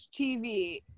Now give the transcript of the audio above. TV